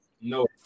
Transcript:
No